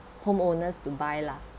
homeowners to buy lah